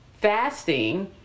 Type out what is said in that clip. fasting